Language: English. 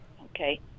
Okay